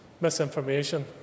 misinformation